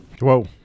Whoa